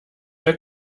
der